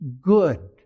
good